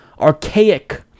archaic